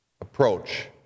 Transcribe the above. approach